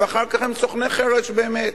ואחר כך הם סוכני חרש באמת.